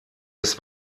des